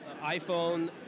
iPhone